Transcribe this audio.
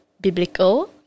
biblical